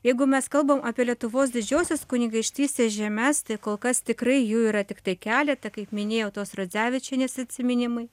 jeigu mes kalbam apie lietuvos didžiosios kunigaikštystės žemes tai kol kas tikrai jų yra tiktai keleta kaip minėjau tos radzevičienės atsiminimai